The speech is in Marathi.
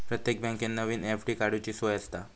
प्रत्येक बँकेत नवीन एफ.डी काडूची सोय आसता